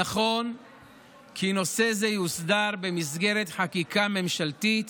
נכון כי נושא זה יוסדר במסגרת חקיקה ממשלתית